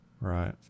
Right